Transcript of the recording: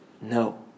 No